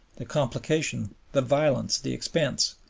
the complication, the violence, the expense,